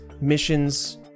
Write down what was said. missions